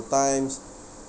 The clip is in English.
the times